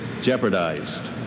jeopardized